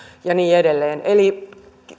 ja niin edelleen eli